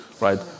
Right